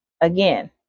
again